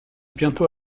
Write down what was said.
bientôt